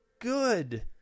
good